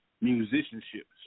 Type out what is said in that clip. musicianship